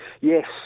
Yes